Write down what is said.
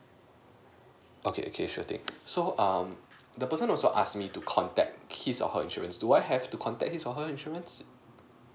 okay okay sure thing so um the person also asked me to contact his or her insurance do I have to contact his or her insurance